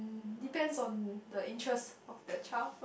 depends on the interest of the child